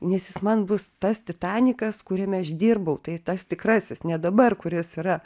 nes jis man bus tas titanikas kuriame aš dirbau tai tas tikrasis ne dabar kuris yra